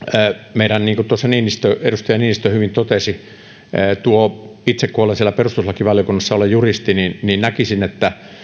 meidän niin kuin tuossa edustaja niinistö hyvin totesi kun itse olen siellä perustuslakivaliokunnassa olen juristi niin niin näkisin että